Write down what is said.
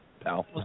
pal